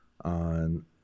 on